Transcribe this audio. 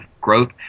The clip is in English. growth